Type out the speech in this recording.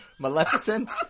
Maleficent